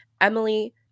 Emily